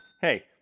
hey